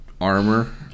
armor